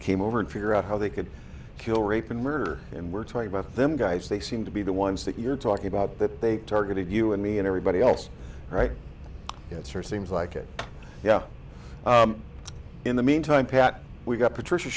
came over and figure out how they could kill rape and murder and we're talking about them guys they seem to be the ones that you're talking about that they targeted you and me and everybody else right it sure seems like it yeah in the meantime pat we've got patricia